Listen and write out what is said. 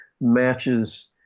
matches